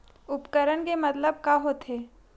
उपकरण के मतलब का होथे?